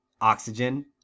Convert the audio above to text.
oxygen